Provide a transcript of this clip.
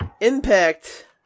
Impact